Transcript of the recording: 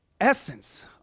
essence